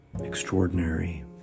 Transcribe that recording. extraordinary